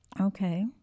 Okay